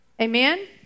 Amen